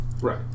Right